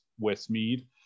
Westmead